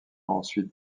ensuite